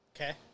Okay